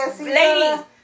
ladies